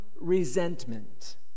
resentment